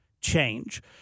change